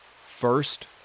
first